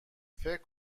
فکر